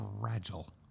fragile